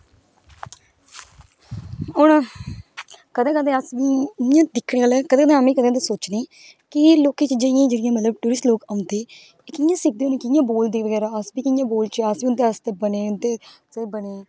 हून कंदे कंदे अस एह् सोचने कि जेहडे एह् टूरिस्ट लोक ओंदे एह् कियां सिक्खदे कियां वोलदे कियां वोलचे अस बी उन्दे आस्तै